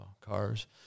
cars